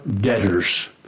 debtors